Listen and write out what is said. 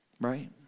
right